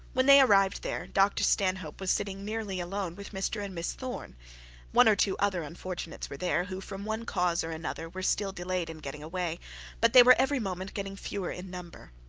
when they arrived there, dr stanhope was sitting nearly alone with mr and miss thorne one or two other unfortunates were there, who from one cause or another were still delayed in getting away but they were every moment getting fewer in number.